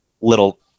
little